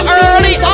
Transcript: early